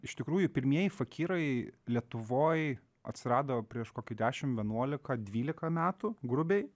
iš tikrųjų pirmieji fakyrai lietuvoj atsirado prieš kokį dešim vienuolika dvylika metų grubiai